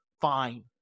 Fine